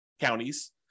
counties